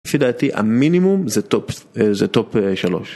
לפי דעתי המינימום זה טופ שלוש.